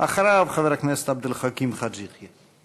אחריו, חבר הכנסת עבד אל חכים חאג' יחיא.